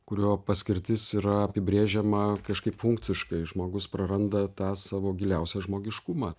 kurio paskirtis yra apibrėžiama kažkaip funkciškai žmogus praranda tą savo giliausią žmogiškumą